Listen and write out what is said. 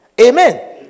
Amen